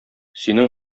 синең